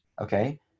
okay